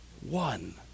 one